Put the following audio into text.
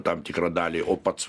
tam tikrą dalį o pats